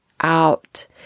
out